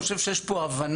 אני חושב שיש פה הבנה.